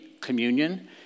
communion